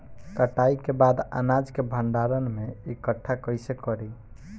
कटाई के बाद अनाज के भंडारण में इकठ्ठा कइसे करी?